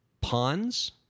ponds